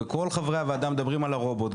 וכל חברי הוועדה מדברים על הרובוט,